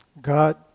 God